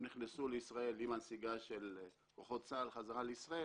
הם נכנסו לישראל עם הנסיגה של כוחות צה"ל חזרה לישראל,